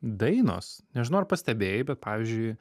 dainos nežinau ar pastebėjai bet pavyzdžiui